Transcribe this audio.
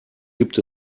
gibt